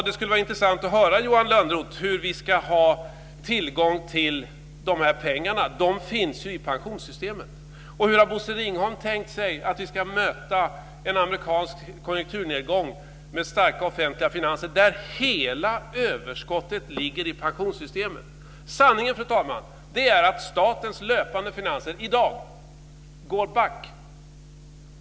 Det skulle vara intressant att höra, Johan Lönnroth, hur vi ska ha tillgång till de pengar som finns i pensionssystemet. Hur har Bosse Ringholm tänkt sig att vi ska möta en amerikansk konjunkturnedgång med starka offentliga finanser när hela överskottet ligger i pensionssystemet? Sanningen, fru talman, är att statens löpande finanser i dag går back.